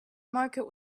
market